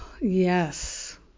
yes